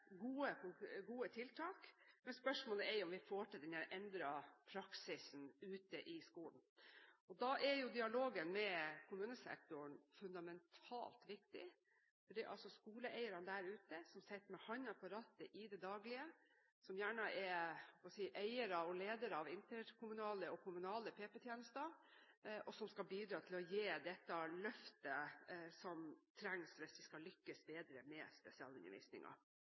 gode tiltak, men spørsmålet er om vi får til den endrede praksisen ute i skolen. Da er dialogen med kommunesektoren fundamentalt viktig, fordi det altså er skoleeierne der ute som sitter med hånden på rattet i det daglige, som gjerne er eiere og ledere av interkommunale og kommunale PPT-tjenester, og som skal bidra til å gi det løftet som trengs, hvis vi skal lykkes bedre med